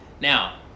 now